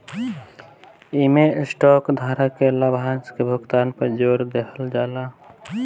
इमें स्टॉक धारक के लाभांश के भुगतान पे जोर देहल जाला